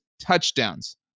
touchdowns